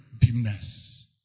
dimness